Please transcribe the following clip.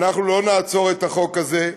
אנחנו לא נעצור את החוק הזה,